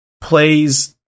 plays